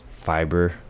fiber